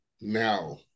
now